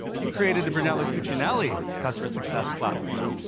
you created the brunello cucinelli customer success platform.